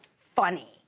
funny